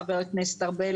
חבר הכנסת ארבל,